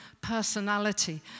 personality